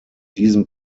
diesem